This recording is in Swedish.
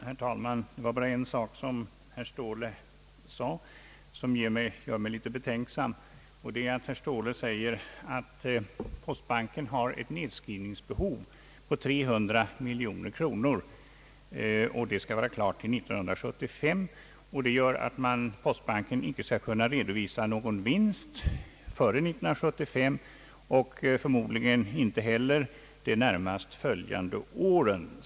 Herr talman! Det är en sak som herr Ståhle sade som gör mig litet betänksam. Herr Ståhle säger att postbanken har ett nedskrivningsbehov av 300 miljoner kronor, som skall vara avklarat till år 1975, och att det gör att postbanken inte kommer att kunna redovisa någon vinst före år 1975 och förmodligen inte heller under de närmast därefter följande åren.